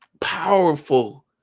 powerful